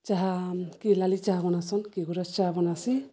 ଚାହା କି ଲାଲି ଚାହା ବନାସିଁ କି ଗୁରସ୍ ଚାହା ବନାସିଁ